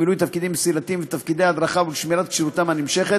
למילוי תפקידים מסילתיים ותפקידי הדרכה ולשמירת כשירותם הנמשכת,